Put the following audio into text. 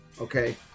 Okay